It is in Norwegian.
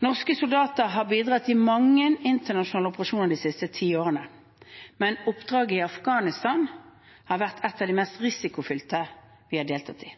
Norske soldater har bidratt i mange internasjonale operasjoner de siste tiårene, men oppdraget i Afghanistan har vært et av de mest risikofylte vi har deltatt i.